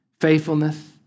faithfulness